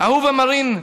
אהובה מרין,